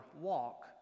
walk